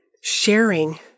sharing